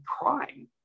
crying